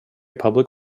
public